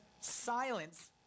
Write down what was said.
silence